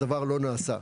הדבר לא נעשה.